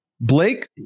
Blake